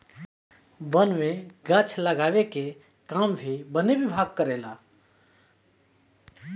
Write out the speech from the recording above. वन में गाछ लगावे के काम भी वन विभाग कारवावे ला